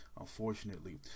Unfortunately